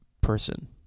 person